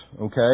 okay